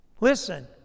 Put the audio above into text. Listen